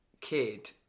kid